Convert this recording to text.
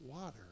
water